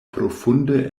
profunde